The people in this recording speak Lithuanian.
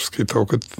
skaitau kad